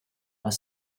are